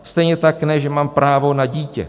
Stejně tak ne, že mám právo na dítě.